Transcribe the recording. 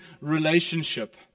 relationship